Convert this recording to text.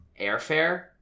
airfare